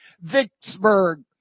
Vicksburg